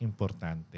importante